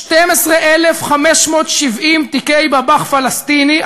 12,570 תיקי בב"ח פלסטיני,